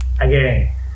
again